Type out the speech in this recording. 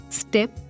step